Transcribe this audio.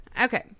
Okay